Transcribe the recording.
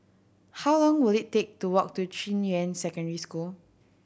how long will it take to walk to Junyuan Secondary School